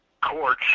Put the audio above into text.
courts